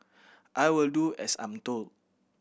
I will do as I'm told